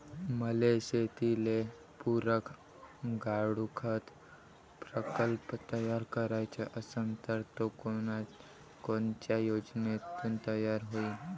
मले शेतीले पुरक गांडूळखत प्रकल्प तयार करायचा असन तर तो कोनच्या योजनेतून तयार होईन?